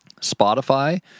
spotify